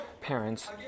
parents